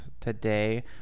today